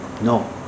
No